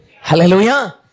Hallelujah